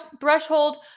threshold